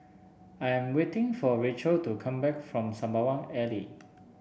I am waiting for Racheal to come back from Sembawang Alley